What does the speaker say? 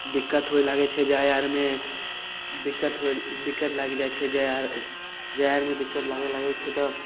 दिक्कत होइ लागैत छै जाइ आरमे दिक्कत होइ दिक्कत लागि जाइत छै जाइ आर जाइ आरमे दिक्कत लागे लागैत छै तऽ